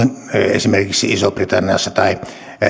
esimerkiksi isossa britanniassa tai